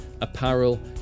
apparel